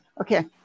okay